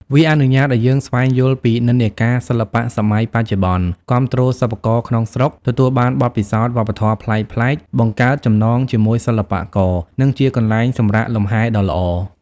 វាអនុញ្ញាតឲ្យយើងស្វែងយល់ពីនិន្នាការសិល្បៈសម័យបច្ចុប្បន្ន គាំទ្រសិល្បករក្នុងស្រុក ទទួលបានបទពិសោធន៍វប្បធម៌ប្លែកៗ បង្កើតចំណងជាមួយសិល្បករ និងជាកន្លែងសម្រាកលំហែដ៏ល្អ។